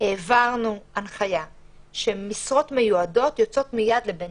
העברנו הנחיה שמשרות מיועדות יוצאות מיד לבין-משרדי,